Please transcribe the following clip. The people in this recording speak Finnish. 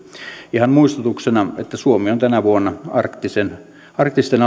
ihan muistutuksena että suomi on tänä vuonna arktisen arktisen